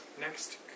Next